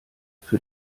für